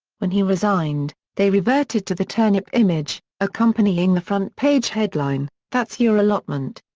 when he resigned, they reverted to the turnip image, accompanying the front page headline, that's yer allotment.